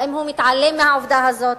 האם הוא מתעלם מהעובדה הזאת?